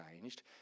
changed